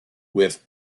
with